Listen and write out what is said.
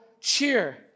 cheer